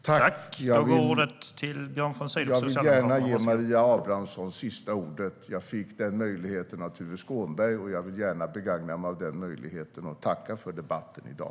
Herr talman! Jag vill gärna ge Maria Abrahamsson sista ordet. Jag fick den möjligheten av Tuve Skånberg, och jag vill gärna begagna mig av den och tacka för debatten i dag.